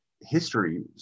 history